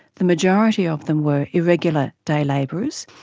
the majority of them were irregular day labourers.